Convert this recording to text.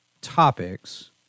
topics